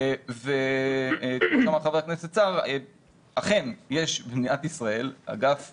כפי אמר חבר הכנסת סער, אכן יש במדינת ישראל אגף